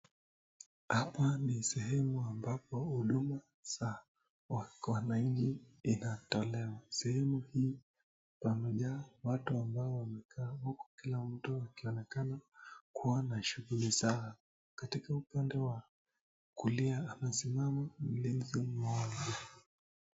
Hapa ni sehemu ambapo huduma za wananchi inatolewa sehemu hii pamejaa watu ambao wamekaa huku kila myu akionekana kuwa na shughuli zao. Katika upande wa kulia amesimama mlinzi mmoja.